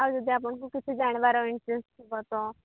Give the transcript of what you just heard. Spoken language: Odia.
ଆଉ ଯଦି ଆପଣଙ୍କୁ କିଛି ଜାଣିବାର ଇଣ୍ଟ୍ରେଷ୍ଟ ଥିବ ତ